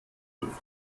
dürfen